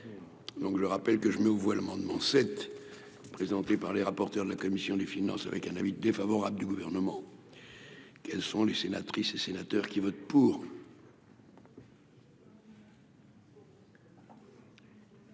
donc je rappelle que je mets aux voilà amendement cette présenté par le rapporteur de la commission des finances, avec un avis défavorable du gouvernement, quelles sont les sénatrices et sénateurs qui votent pour.